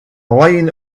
line